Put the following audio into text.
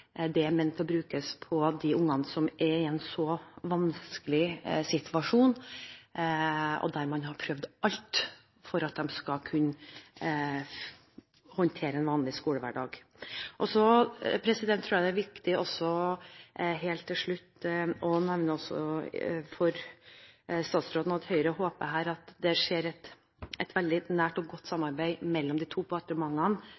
midlene er ment å brukes på de ungene som er i en vanskelig situasjon, og der man har prøvd alt for at de skal kunne håndtere en vanlig skolehverdag. Så tror jeg også det helt til slutt er viktig å nevne for statsråden at Høyre her håper at det blir et veldig nært og godt